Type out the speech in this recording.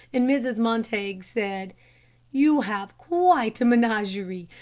and mrs. montague said you have quite a menagerie.